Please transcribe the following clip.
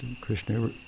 Krishna